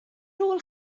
rôl